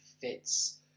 fits